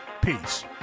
Peace